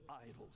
idols